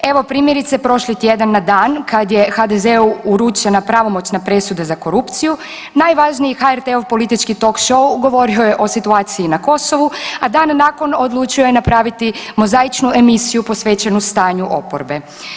Evo primjerice prošli tjedan na dan kad je HDZ-u uručena pravomoćna presuda za korupciju, najvažniji HRT-ov politički talk show govorio je o situaciji na Kosovu a dan nakon odlučuje napraviti mozaičnu emisiju posvećenu stanju oporbe.